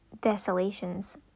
desolations